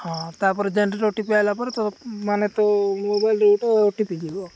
ହଁ ତାପରେ generate OTP ଆଇଲା ପରେ ତ ମାନେ ତୋ ମୋବାଇଲରେ ଗୋଟେ ଓଟିପି ଯିବ